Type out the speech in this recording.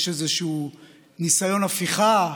יש איזשהו ניסיון הפיכה,